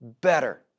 better